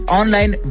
online